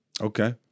Okay